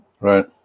Right